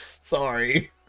sorry